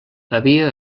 havia